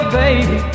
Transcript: baby